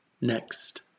Next